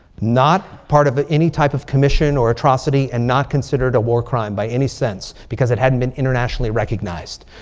not part of any type of commission or atrocity. and not considered a war crime by any sense. because it hadn't been internationally recognized.